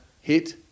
hit